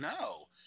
no